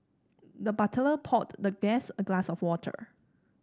the butler poured the guest a glass of water